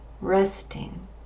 resting